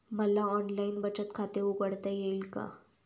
मला ऑनलाइन बचत खाते उघडता येईल का?